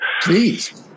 Please